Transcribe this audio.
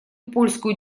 польскую